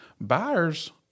Buyer's